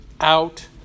out